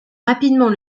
rapidement